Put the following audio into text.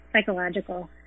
psychological